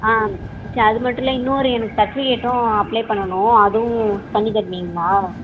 ஆ சரி அது மட்டும் இல்லை இன்னொரு எனக்கு சர்டிஃபிகேட்டும் அப்ளே பண்ணணும் அதுவும் பண்ணி தருவீங்களா